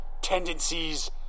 tendencies